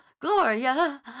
Gloria